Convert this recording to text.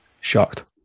Shocked